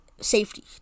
Safety